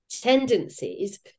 tendencies